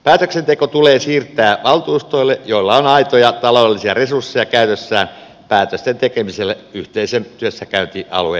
päätöksenteko tulee siirtää valtuustoille joilla on aitoja taloudellisia resursseja käytössään päätösten tekemiselle yhteisen työssäkäyntialueen hyväksi